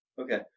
Okay